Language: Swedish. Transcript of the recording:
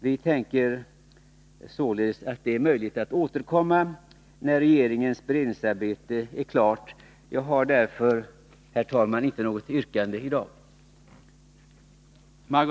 Vi antar således att det är möjligt att återkomma när regeringens beredningsarbete är klart. Jag har därför, herr talman, inte något yrkande i dag.